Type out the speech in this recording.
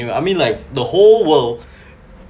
you know I mean like the whole world